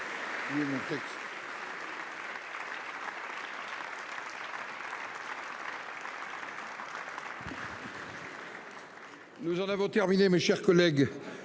Nous en avons terminé mes chers collègues.